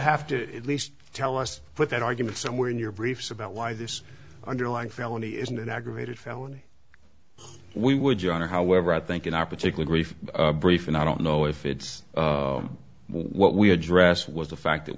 have to at least tell us put that argument somewhere in your briefs about why this underlying felony isn't an aggravated felony we would your honor however i think in our particular grief brief and i don't know if it's what we address was the fact that